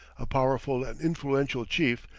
a powerful and influential chief,